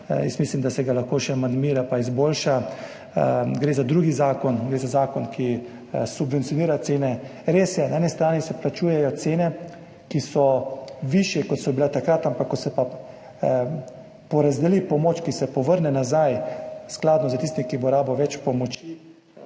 mislim, da se ga lahko še amandmira pa izboljša. Gre za drugi zakon, gre za zakon, ki subvencionira cene. Res je, na eni strani se plačujejo cene, ki so višje, kot so bile takrat, ampak ko se pa porazdeli pomoč, ki se povrne nazaj, skladno s tistim, ki bo rabil več pomoči,